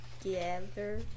together